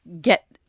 get